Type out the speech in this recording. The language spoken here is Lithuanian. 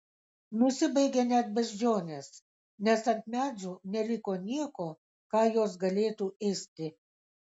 nusibaigė net beždžionės nes ant medžių neliko nieko ką jos galėtų ėsti